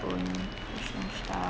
own